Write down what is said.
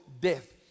death